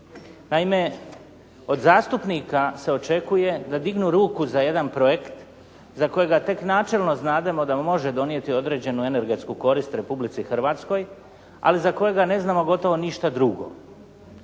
Naime, od zastupnika se očekuje da dignu ruku za jedan projekt za kojega tek načelno znamo da može donijeti određenu energetsku korist Republici Hrvatskoj, ali za kojega ne znamo gotovo ništa drugo.